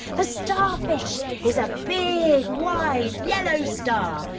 the starfish is a big wide yellow star,